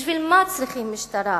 בשביל מה צריכים משטרה?